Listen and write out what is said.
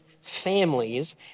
families